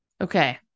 Okay